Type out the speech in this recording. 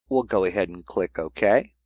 we'll go ahead and click ok.